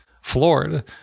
floored